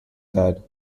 dead